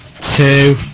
two